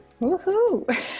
Woohoo